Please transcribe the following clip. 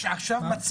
יש עכשיו,